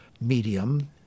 medium